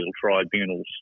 tribunals